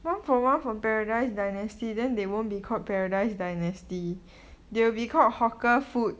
whampoa profile from paradise dynasty then they won't be called paradise dynasty dhoby ghaut hawker food